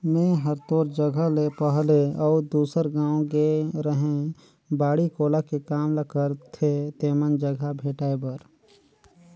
मेंए हर तोर जगह ले पहले अउ दूसर गाँव गेए रेहैं बाड़ी कोला के काम ल करथे तेमन जघा भेंटाय बर